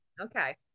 Okay